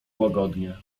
łagodnie